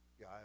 guy